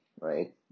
right